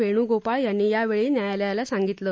वेणुगोपाळ यांनी यावेळी न्यायालयाला सांगितलं